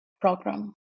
program